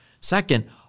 Second